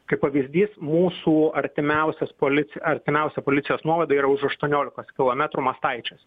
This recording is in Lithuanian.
kaip pavyzdys mūsų artimiausias polic artimiausia policijos nuovada yra už aštuoniolikos kilometrų mastaičiuose